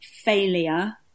failure